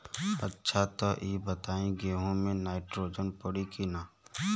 अच्छा त ई बताईं गेहूँ मे नाइट्रोजन पड़ी कि ना?